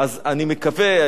אני מקווה,